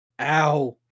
Ow